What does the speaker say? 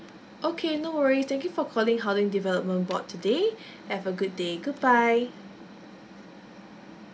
okay no worries thank you for calling housing development board today have a good day goodbye